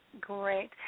Great